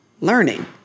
learning